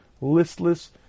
listless